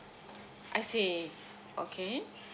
I see okay